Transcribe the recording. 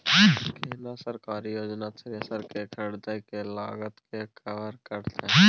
केना सरकारी योजना थ्रेसर के खरीदय के लागत के कवर करतय?